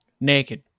naked